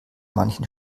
manchen